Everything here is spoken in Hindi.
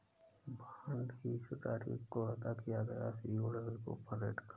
बॉन्ड इश्यू तारीख को अदा किया गया यील्ड कूपन रेट है